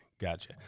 gotcha